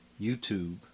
YouTube